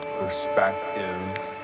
perspective